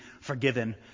forgiven